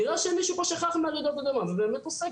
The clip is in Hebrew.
נראה שמישהו שכח מרעידות האדמה ובאמת עוסק